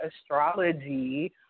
Astrology